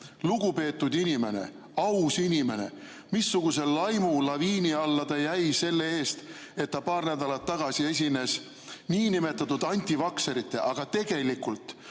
lugupeetud inimene, aus inimene. Missuguse laimulaviini alla ta jäi selle eest, et ta paar nädalat tagasi esines nn antivaktserite, aga tegelikult